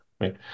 right